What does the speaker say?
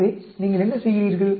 எனவே நீங்கள் என்ன செய்கிறீர்கள்